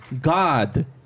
God